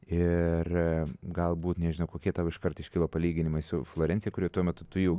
ir galbūt nežinau kokie tau iškart iškilo palyginimai su florencija kuri tuo metu tu jau